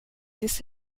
this